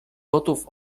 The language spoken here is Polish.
gotów